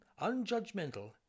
unjudgmental